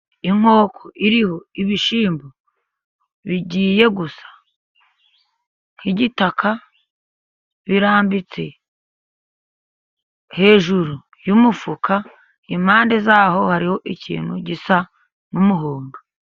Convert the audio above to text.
Inkoko iriho ibishyimbo, bigiye gusa nk'igitaka birambitse hejuru yumufuka, impande zaho hariho ikintu gisa n'umuhondo.